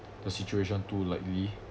the situation too lightly